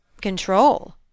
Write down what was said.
Control